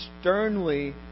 sternly